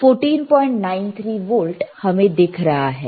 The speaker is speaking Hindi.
1493 वोल्ट हमें दिख रहा है